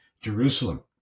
Jerusalem